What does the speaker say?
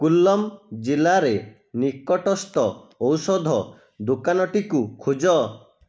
କୁଲ୍ଲମ୍ ଜିଲ୍ଲାରେ ନିକଟସ୍ଥ ଔଷଧ ଦୋକାନଟିକୁ ଖୋଜ